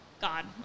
God